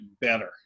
better